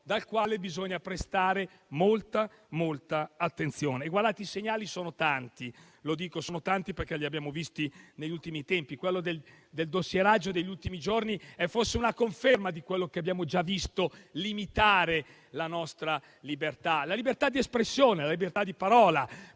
al quale bisogna prestare molta attenzione. I segnali sono tanti, perché li abbiamo visti negli ultimi tempi: il dossieraggio degli ultimi giorni è forse una conferma di come abbiamo già visto limitare la nostra libertà di espressione e di parola.